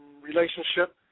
relationship